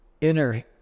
inner